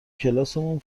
کلاسمون